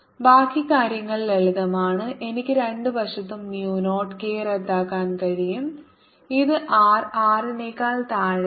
ബാക്കി കാര്യങ്ങൾ ലളിതമാണ് എനിക്ക് രണ്ട് വശത്തും mu നോട്ട് k റദ്ദാക്കാൻ കഴിയും ഇത് r Rനെക്കാൾ താഴെയാണ്